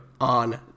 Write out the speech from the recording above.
on